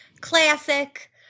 classic